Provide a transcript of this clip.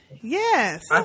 Yes